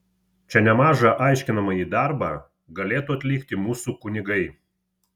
čia nemažą aiškinamąjį darbą galėtų atlikti mūsų kunigai